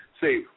say